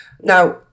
Now